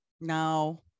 No